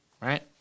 right